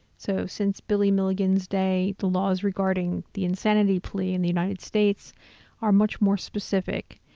so since billy milligan's day, the laws regarding the insanity plea in the united states are much more specific,